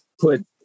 put